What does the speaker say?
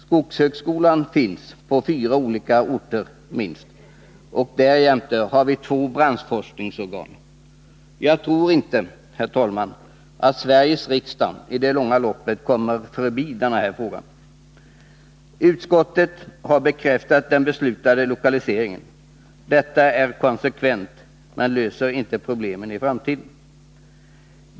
Skogshögskola finns på minst fyra olika orter, och därjämte har vi två branschforskningsorgan. Jag tror inte, herr talman, att Sveriges riksdag i det långa loppet kommer förbi den här frågan. Utskottet har bekräftat den beslutade lokaliseringen. Detta är konsekvent, men löser inte problemen i framtiden.